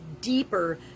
deeper